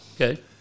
Okay